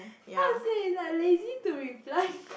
how to say like lazy to reply